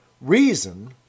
Reason